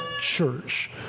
church